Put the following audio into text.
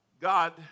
God